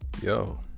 yo